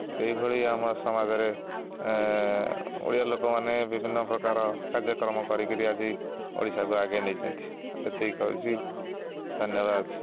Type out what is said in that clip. ଏହିଭଳି ଆମ ସମାଜରେ ଓଡ଼ିଆ ଲୋକମାନେ ବିଭିନ୍ନ ପ୍ରକାର କାର୍ଯ୍ୟକ୍ରମ କରି ଆଜି ଓଡ଼ିଶାକୁ ଆଗେଇ ନେଇଛନ୍ତି ଏତିକି କହୁଛି ଧନ୍ୟବାଦ